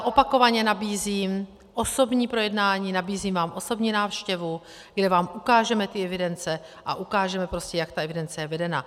Opakovaně nabízím osobní projednání, nabízím vám osobní návštěvu, kde vám ukážeme ty evidence a ukážeme prostě, jak ta evidence je vedena.